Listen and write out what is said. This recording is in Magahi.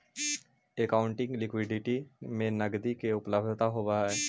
एकाउंटिंग लिक्विडिटी में नकदी के उपलब्धता होवऽ हई